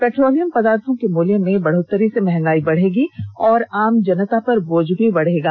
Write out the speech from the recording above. petroleum पदार्थों के मूल्य में बढ़ोत्तरी से महंगाई बढ़ेगी और आम जनता पर बोझ भी बढ़ेगा